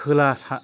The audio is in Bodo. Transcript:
खोला सा